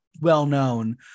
well-known